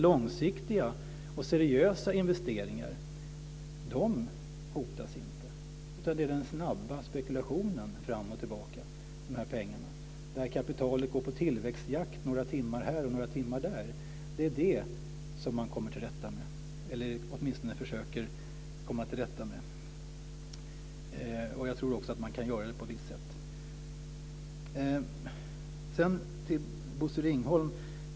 Långsiktiga och seriösa investeringar hotas inte, utan det är den snabba spekulationen med pengar fram och tillbaka, där kapitalet går på tillväxtjakt några timmar här och några timmar där, som man kommer till rätta med, eller som man åtminstone försöker komma till rätta med. Och jag tror också att man kan göra det på ett visst sätt. Sedan vill jag vända mig till Bosse Ringholm.